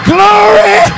Glory